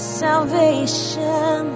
salvation